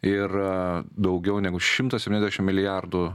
ir daugiau negu šimtą septyniasdešimt milijardų